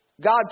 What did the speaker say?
God